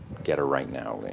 get her right now.